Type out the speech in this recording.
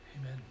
amen